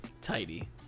Tidy